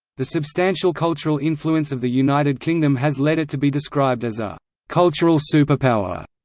the substantial cultural influence of the united kingdom has led it to be described as a cultural superpower.